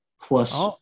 plus